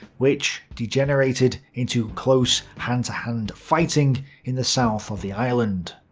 which degenerated into close hand-to-hand fighting in the south of the island.